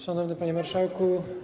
Szanowny Panie Marszałku!